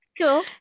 Cool